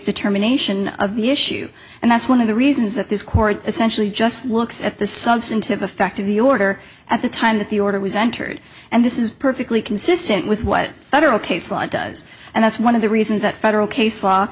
determination of the issue and that's one of the reasons that this court essentially just looks at the substantive effect of the order at the time that the order was entered and this is perfectly consistent with what federal case law does and that's one of the reasons that federal case law